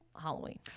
Halloween